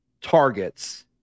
targets